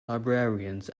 librarians